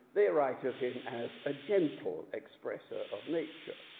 they write of him as a gentle expresser of nature.